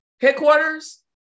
headquarters